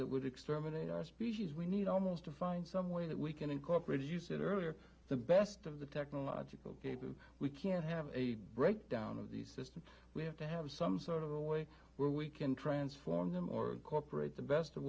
that would exterminate our species we need almost to find some way that we can incorporate as you said earlier the best of the technological we can have a breakdown of the system we have to have some sort of the way where we can transform them or cooperate the best of